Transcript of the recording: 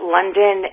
London